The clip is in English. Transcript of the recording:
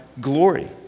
glory